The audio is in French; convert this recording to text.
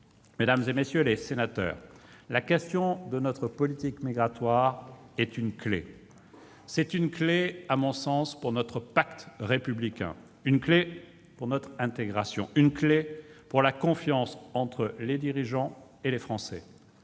Mesdames, messieurs les sénateurs, la question de notre politique migratoire est une clé pour notre pacte républicain, une clé pour notre intégration, une clé pour la confiance entre les dirigeants et les Français.